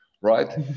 right